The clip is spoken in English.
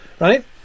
right